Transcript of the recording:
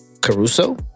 Caruso